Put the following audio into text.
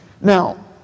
Now